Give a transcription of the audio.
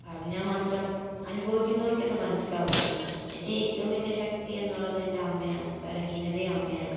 പറഞ്ഞാൽ മാത്രം അനുഭവിക്കുന്നവർക്കേ അതു മനസ്സിലാവുകയുള്ളൂ എൻ്റെ ഏറ്റവും വലിയ ശക്തി എന്നുള്ളത് എൻ്റെ അമ്മയാണ് ബലഹീനതയും അമ്മയാണ്